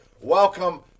welcome